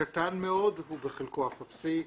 קטן מאוד ובחלקו הוא אף אפסי.